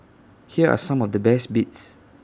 here are some of the best bits